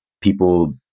people